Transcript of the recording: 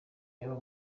yaba